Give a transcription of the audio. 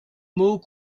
mots